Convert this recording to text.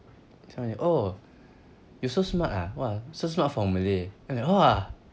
somebody oh you so smart ah !wah! so smart for malay I'm like !wah!